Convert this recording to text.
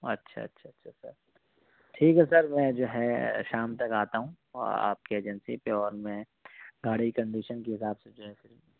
اچھا اچھا اچھا سر ٹھیک ہے سر میں جو ہے شام تک آتا ہوں اور آپ کے ایجنسی پہ اور میں گاڑی کی کنڈیشن کے حساب سے جو ہے